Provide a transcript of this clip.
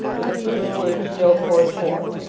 were the first words joe poured forth.